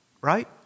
right